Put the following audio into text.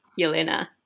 Yelena